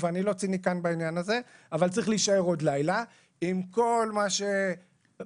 ואני לא ציניקן בעניין הזה - עם כל מה שמשפחת